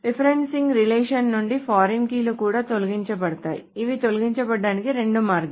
referencing relations నుండి foreign కీలు కూడా తొలగించ బడతాయి ఇవి తొలగించడానికి రెండు మార్గాలు